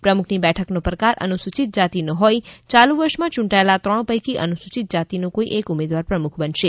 પ્રમુખની બેઠકનો પ્રકાર અનુસૂચિત જાતિનો હોઇ યાલુ વર્ષમાં યૂંટાયેલા ત્રણ પૈકી અનુસૂચિત જાતિનો કોઇ એક ઉમેદવાર પ્રમુખ બનશે